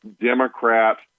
Democrat